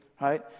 right